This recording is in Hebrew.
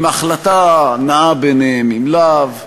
אם החלטה נאה בעיניהם אם לאו,